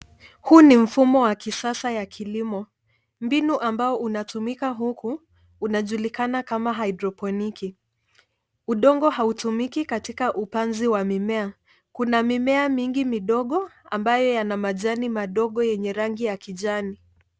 Huu ni mfumo wa kisasa ya kilimo . Mbinu ambao unatumika huku unajulikana kama haidroponiki . Udongo hautumiki katika upanzi wa mimea. Kuna mimea mingi midogo ambayo yana majani madogo yenye rangi ya kijani.